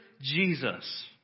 Jesus